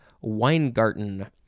Weingarten